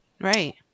Right